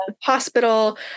hospital